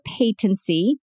patency